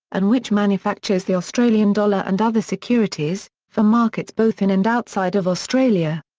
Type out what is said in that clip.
and which manufactures the australian dollar and other securities, for markets both in and outside of australia.